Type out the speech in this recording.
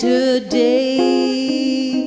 today